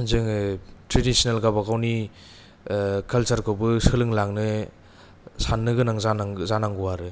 जोङो ट्रेदिसिनेल गावबागावनि खालसारखौबो सोलोंलांनो साननो गोनां जानांगौ आरो